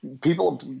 people